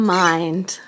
mind